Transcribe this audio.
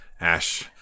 Ash